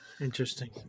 Interesting